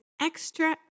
extra